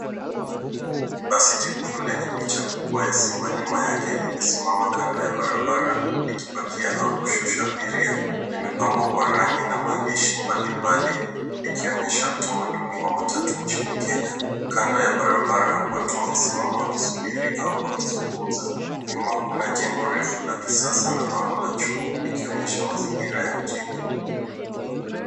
Basi jekundu lenye picha kubwa ya simba nyuma yake limesimama kando ya barabara, likipakia au kushusha abiria. Limepambwa kwa rangi na maandishi mbalimbali, likionyesha utamaduni wa matatu nchini kenya. Kando ya barabara watu wamesimama wakisubiri au kuzungumza. Nyuma kuna jengo refu la kisasa na bango la chuo, likionyesha mazingira ya mjini.